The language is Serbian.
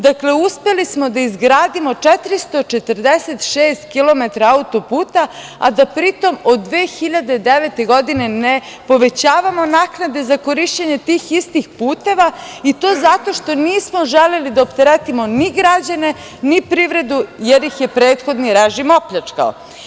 Dakle, uspeli smo da izgradimo 446 kilometra auto-puta, a da pri tom od 2009. godine ne povećavamo naknade za korišćenje tih istih puteva, i to zato što nismo želeli da opteretimo ni građane, ni privredu, jer ih je prethodni režim opljačkao.